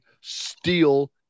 steal